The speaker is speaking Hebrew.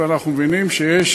אנחנו מבינים שיש